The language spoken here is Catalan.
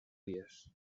dies